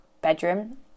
bedroom